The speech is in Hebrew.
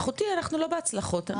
אחותי, אנחנו לא בהצלחות.